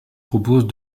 propose